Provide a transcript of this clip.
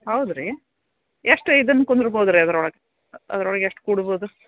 ಹೌದುರಿ ಎಷ್ಟು ಇದನ್ನು ಕುಂದ್ರಬೋದು ರೀ ಅದ್ರೊಳಗೆ ಅದ್ರೊಳಗೆ ಎಷ್ಟು ಕೂಡಬೋದು